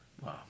Wow